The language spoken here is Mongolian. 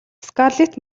скарлетт